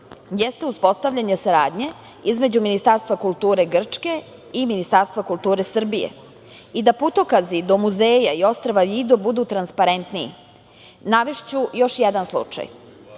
jeste uspostavljanje saradnje između Ministarstva kulture Grčke i Ministarstva kulture Srbije, i da putokazi do muzeja i ostrva Vido budu transparentniji. Navešću još jedan slučaj.